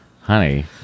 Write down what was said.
honey